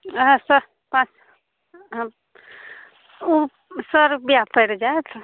अहाँसँ पाँच हम उँह सओ रुपैआ पड़ि जाएत